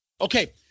Okay